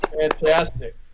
Fantastic